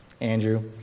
Andrew